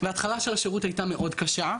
ההתחלה של השירות הייתה מאוד קשה.